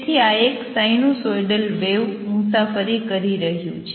તેથી આ એક સાઇનુંસોઇડલ વેવ મુસાફરી કરી રહ્યું છે